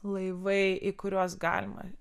laivai į kuriuos galima